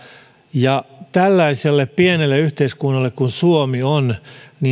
ja tällaisessa pienessä yhteiskunnassa kuin suomi on